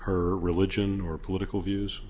her religion or political views